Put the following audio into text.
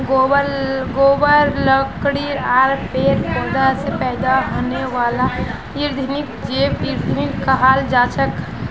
गोबर लकड़ी आर पेड़ पौधा स पैदा हने वाला ईंधनक जैव ईंधन कहाल जाछेक